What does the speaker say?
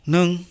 Nung